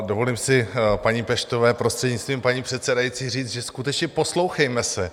Dovolím si paní Peštové, prostřednictvím paní předsedající, říct, že skutečně, poslouchejme se.